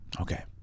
Okay